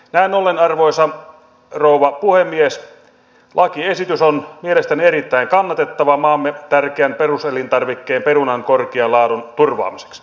näin ollen arvoisa rouva puhemies lakiesitys on mielestäni erittäin kannatettava maamme tärkeän peruselintarvikkeen perunan korkean laadun turvaamiseksi